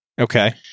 Okay